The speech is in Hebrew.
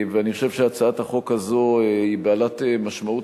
ואני חושב שהצעת החוק הזאת היא בעלת משמעות